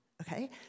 Okay